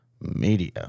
Media